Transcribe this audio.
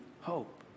hope